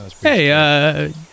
hey